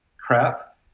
crap